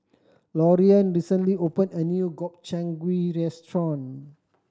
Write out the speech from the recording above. Loriann recently opened a new Gobchang Gui Restaurant